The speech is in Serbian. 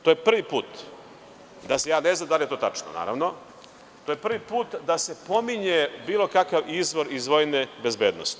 To je prvi put, ja ne znam da li je to tačno, naravno, to je prvi put da se pominje bilo kakav izvor iz vojne bezbednosti.